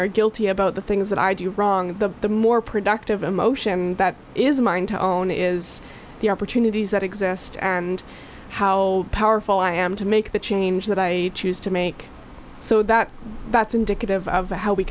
are guilty about the things that i do wrong but the more productive emotion is mine to own is the opportunities that exist and how powerful i am to make the change that i choose to make so about that's indicative of how we